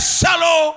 shallow